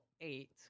eight